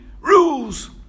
rules